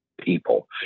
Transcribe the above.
people